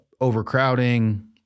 overcrowding